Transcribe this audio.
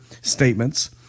statements